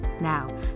Now